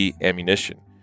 Ammunition